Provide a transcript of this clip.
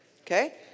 Okay